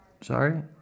Sorry